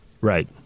Right